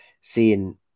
seeing